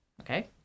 okay